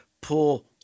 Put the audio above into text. pull